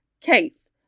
case